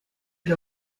del